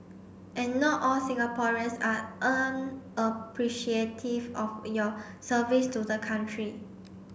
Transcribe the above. and not all Singaporeans are unappreciative of your service to the country